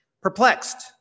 Perplexed